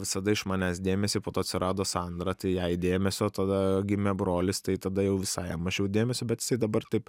visada iš manęs dėmesį po to atsirado sandra tai jai dėmesio tada gimė brolis tai tada jau visai jam mažiau dėmesio bet jisai dabar taip